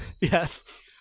Yes